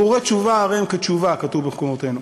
הרהורי תשובה הרי הם כתשובה, כתוב במקורותינו.